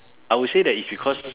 I would say that it's because